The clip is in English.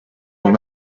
were